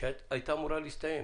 שהייתה אמורה להסתיים